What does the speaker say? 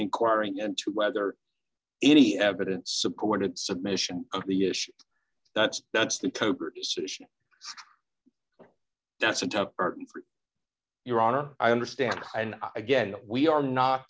inquiring into whether any evidence supported submission of the issue that's that's the solution that's a top or your honor i understand and again we are not